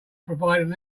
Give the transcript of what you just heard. provided